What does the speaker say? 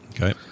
Okay